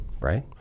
right